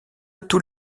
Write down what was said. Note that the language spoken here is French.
tous